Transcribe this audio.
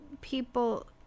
people